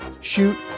shoot